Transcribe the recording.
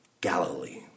Galilee